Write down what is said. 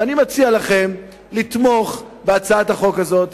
ואני מציע לכם לתמוך בהצעת החוק הזאת,